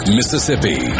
Mississippi